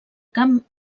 camp